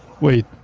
Wait